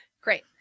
Great